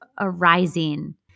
arising